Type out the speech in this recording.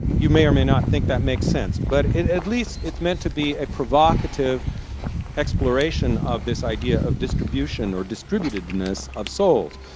you may or may not think that makes sense, but at least it's meant to be a provocative exploration of this idea of distribution or distributedness of souls.